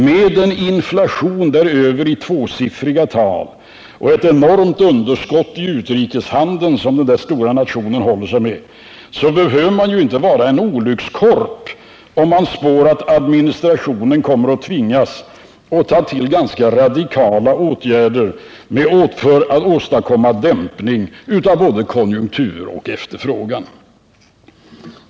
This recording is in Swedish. Med den inflation däröver i tvåsiffriga tal och ett enormt underskott i utrikeshandeln som den stora nationen håller sig med, så behöver man inte vara en olyckskorp om man spår att administrationen kommer att tvingas att ta till ganska radikala åtgärder för att åstadkomma dämpning av både konjunktur och efterfrågan.